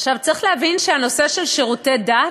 עכשיו, צריך להבין שהנושא של שירותי דת,